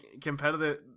competitive